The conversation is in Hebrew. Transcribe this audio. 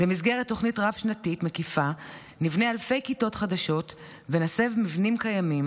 במסגרת תוכנית רב-שנתית מקיפה נבנה אלפי כיתות חדשות ונסב מבנים קיימים.